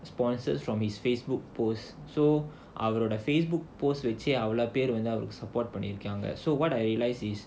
sponsors from his Facebook post so அவரோட:avaroda Facebook post வச்சி அவ்ளோ பேர் அவருக்கு:vachi avlo per avarukku support பண்ணிருக்காங்க:pannirukkaanga so what I realise is